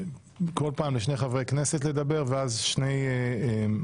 כל פעם לשני חברי כנסת לדבר ואז לשני נציגי